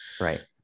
Right